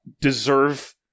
deserve